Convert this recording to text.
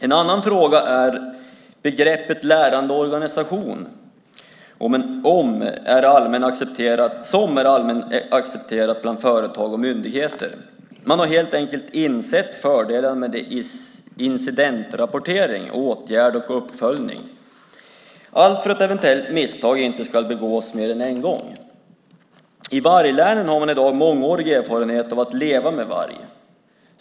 En annan fråga är begreppet "lärande organisation" som är allmänt accepterat bland företag och myndigheter. Man har helt enkelt insett fördelarna med incidentrapportering, åtgärd och uppföljning, allt för att eventuella misstag inte ska begås mer än en gång. I varglänen har man i dag mångårig erfarenhet av att leva med varg.